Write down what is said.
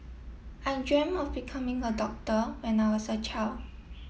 I dreamt of becoming a doctor when I was a child